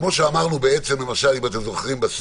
כמו שאמרנו בסגר, אם אתם זוכרים,